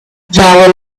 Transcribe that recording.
there